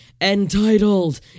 ENTITLED